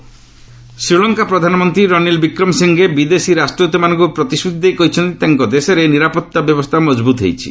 Sri Lanka PM Sri Lanka ପ୍ରଧାନମନ୍ତ୍ରୀ ରାନିଲ୍ ବିକ୍ରେମସିଙ୍ଘେ ବିଦେଶୀ ରାଷ୍ଟ୍ରଦ୍ୱତମାନଙ୍କୁ ପ୍ରତିଶ୍ରତି ଦେଇ କହିଛନ୍ତି ତାଙ୍କ ଦେଶରେ ନିରାପତ୍ତା ବ୍ୟବସ୍ଥା ମଜବୃତ୍ ହୋଇଛି